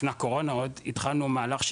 לפני הקורונה עוד התחלנו מהלך,